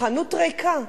החנות ריקה,